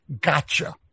gotcha